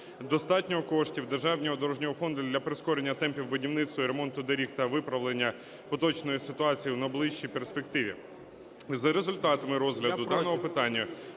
достатньо коштів державного дорожнього фонду для прискорення темпів будівництва і ремонту доріг та виправлення поточної ситуації в найближчій перспективі.